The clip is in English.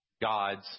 God's